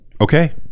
Okay